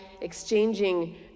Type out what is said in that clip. exchanging